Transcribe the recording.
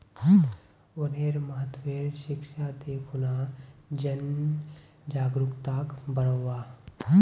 वनेर महत्वेर शिक्षा दे खूना जन जागरूकताक बढ़व्वा